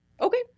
okay